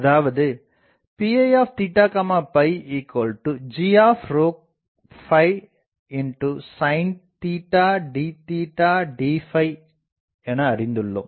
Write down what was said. அதாவதுPig sin d d எனஅறிந்துள்ளோம்